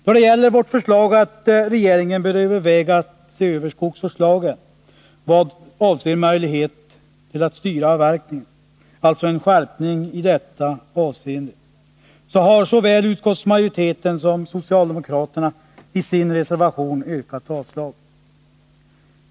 Då det gäller vårt förslag att regeringen bör överväga att se över skogsvårdslagen i vad avser möjlighet att styra avverkningen — alltså en skärpning i detta avseende — har såväl utskottsmajoriteten som socialdemokraterna i sin reservation yrkat avslag.